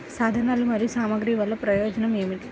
సాధనాలు మరియు సామగ్రి వల్లన ప్రయోజనం ఏమిటీ?